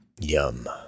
Yum